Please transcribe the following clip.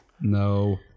No